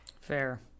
Fair